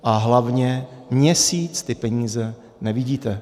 A hlavně měsíc ty peníze nevidíte.